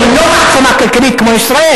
לא, הם לא מעצמה כלכלית כמו ישראל.